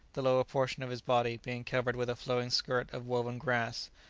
the lower portion of his body being covered with a flowing skirt of woven grass,